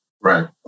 Right